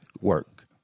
Work